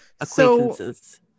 Acquaintances